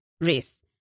race